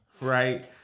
right